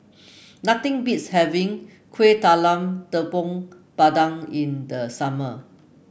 nothing beats having Kueh Talam Tepong Pandan in the summer